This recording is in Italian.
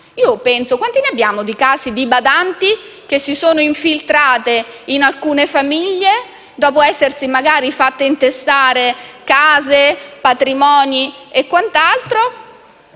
reali: quanti casi abbiamo di badanti che si sono infiltrate in alcune famiglie e, dopo essersi fatte intestare case, patrimoni e quant'altro,